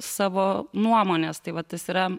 savo nuomonės tai va tas yra